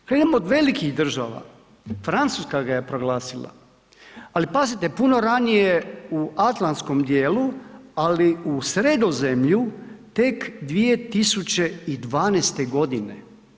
Krenimo od velikih država, Francuska ga je proglasila, ali pazite puno ranije u Atlanskom dijelu, ali u Sredozemlju tek 2012. godine.